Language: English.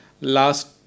last